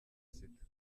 sita